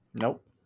Nope